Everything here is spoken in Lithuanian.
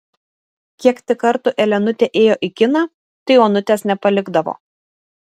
kiek tik kartų elenutė ėjo į kiną tai onutės nepalikdavo